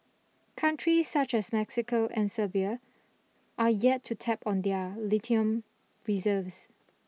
countries such as Mexico and Serbia are yet to tap on their lithium reserves